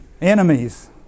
enemies